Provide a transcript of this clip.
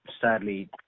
sadly